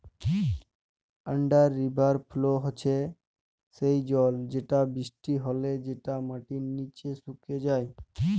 under river flow হচ্যে সেই জল যেটা বৃষ্টি হলে যেটা মাটির নিচে সুকে যায়